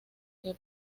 que